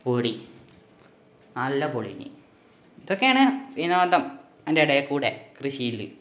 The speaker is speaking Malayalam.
പൊളി നല്ല പൊളിയേന് ഇതൊക്കെയാണ് വിനോദം അതിന്റെടേക്കൂടി കൃഷിയില്